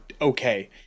okay